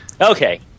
Okay